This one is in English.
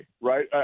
right